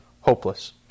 hopeless